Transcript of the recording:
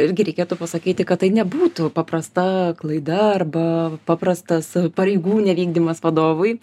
irgi reikėtų pasakyti kad tai nebūtų paprasta klaida arba paprastas pareigų nevykdymas vadovui